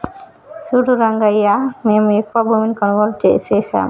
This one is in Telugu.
సూడు రంగయ్యా మేము ఎక్కువ భూమిని కొనుగోలు సేసాము